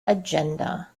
agenda